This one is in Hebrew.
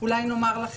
ואולי ימים,